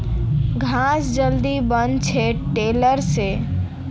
घास जल्दी बन छे टेडर से